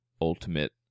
ultimate